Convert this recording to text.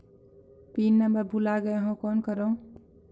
Pin number भुला गयें हो कौन करव?